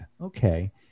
Okay